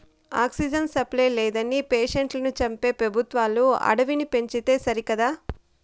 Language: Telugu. ఆక్సిజన్ సప్లై లేదని పేషెంట్లను చంపే పెబుత్వాలు అడవిని పెంచితే సరికదా